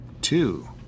two